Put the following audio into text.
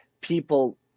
people